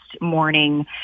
morning